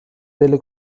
delle